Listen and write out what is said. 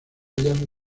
ellas